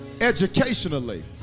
Educationally